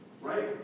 right